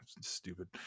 stupid